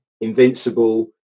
Invincible